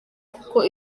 kuko